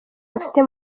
bafite